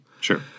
Sure